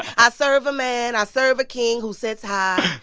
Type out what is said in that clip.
i serve a man. i serve a king who sits high,